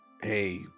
hey